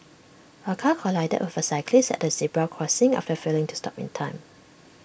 A car collided of A cyclist at A zebra crossing after failing to stop in time